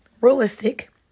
realistic